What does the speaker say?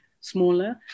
smaller